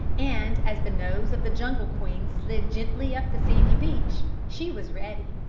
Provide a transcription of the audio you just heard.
and as the nose of the jungle queen slid gently up the sandy beach she was ready.